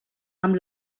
amb